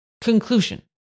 Conclusion